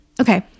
Okay